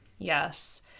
Yes